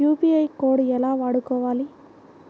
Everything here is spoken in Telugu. యూ.పీ.ఐ కోడ్ ఎలా వాడుకోవాలి?